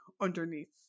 underneath